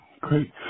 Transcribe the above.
great